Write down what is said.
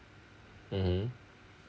mmhmm